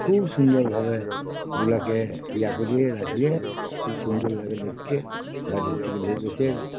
খুব সুন্দরভাবে ওগুলাকে ইয়া করে রাখলে খুব সুন্দর লাগে দেখতে বাইরের থেকে লোক এসে